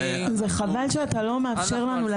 זה חבל שאתה לא מאפשר לנו,